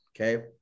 Okay